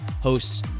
hosts